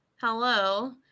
Hello